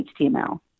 HTML